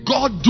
God